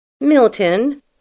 Milton